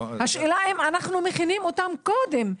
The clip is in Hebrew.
השאלה אם אנחנו מכינים אותם קודם,